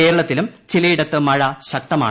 കേരളത്തിലും ചിലയിടത്ത് മഴ ശക്തമാണ്